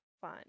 fun